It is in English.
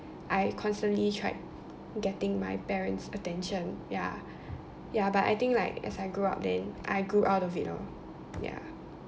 I constantly tried getting my parents attention ya ya but I think like as I grow up then I grew out of it lor ya